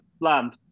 land